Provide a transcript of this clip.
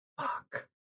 Fuck